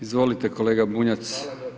Izvolite kolega Bunjac.